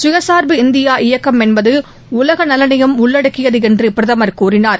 சுயசார்பு இந்தியா இயக்கம் என்பது உலக நலனையும் உள்ளடக்கியது என்று பிரதமர் கூறினார்